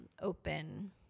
open